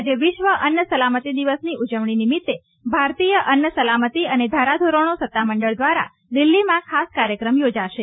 આજે વિશ્વ અન્ન સલામતી દિવસની ઉજવણી નિમિત્તે ભારતીય અન્ન સલામતી અને ધારાધોરણો સત્તામંડળ દ્વારા દિલ્હીમાં ખાસ કાર્યક્રમ યોજાશે